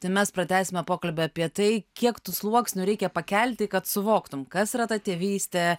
tai mes pratęsime pokalbį apie tai kiek tų sluoksnių reikia pakelti kad suvoktum kas yra ta tėvystė